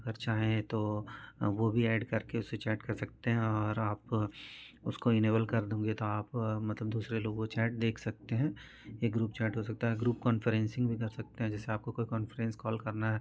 अगर चाहे तो वह भी ऐड करके उससे चैट कर सकते हैं और आप उसको इनेबल कर देंगे तो आप मतलब दूसरे लोग वो चैट देख सकते हैं या ग्रुप चैट हो सकता है ग्रुप कॉन्फ्रेंसिंग भी कर सकते हैं जैसे आपको कोई कांफ्रेंस कॉल करना है